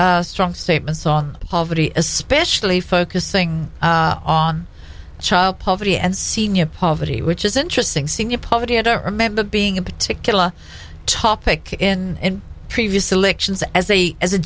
strong statement saw poverty especially focusing on child poverty and senior poverty which is interesting seeing your poverty i don't remember it being a particular topic in previous elections as a as a